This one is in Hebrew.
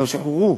כבר שוחררו.